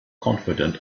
confident